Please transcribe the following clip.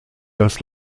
das